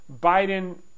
Biden